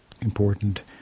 important